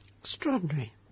Extraordinary